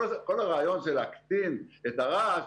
כל הרעיון של להקטין את הרעש,